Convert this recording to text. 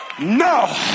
No